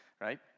right